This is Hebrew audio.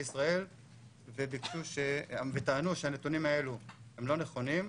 ישראל וטענו שהנתונים האלו הם לא נכונים,